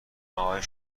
آهای